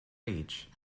age